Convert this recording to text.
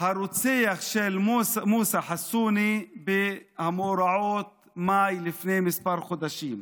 הרוצח של מוסא חסונה במאורעות מאי לפני כמה חודשים,